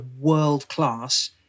world-class